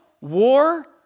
war